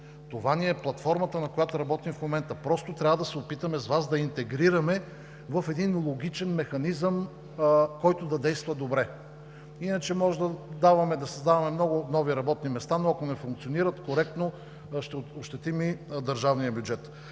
това ни е платформата, на която работим в момента. Трябва да се опитаме с Вас да интегрираме в един логичен механизъм, който да действа добре. Иначе може да създаваме много нови работни места, но ако не функционират коректно, ще ощетим и държавния бюджет.